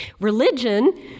Religion